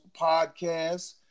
Podcast